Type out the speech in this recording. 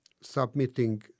submitting